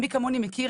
מי כמוני מכיר,